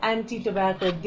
Anti-Tobacco